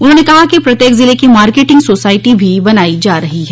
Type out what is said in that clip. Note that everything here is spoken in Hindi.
उन्होंने कहा कि प्रत्येक जिले में मार्केटिंग सोसायटी भी बनायी जा रही है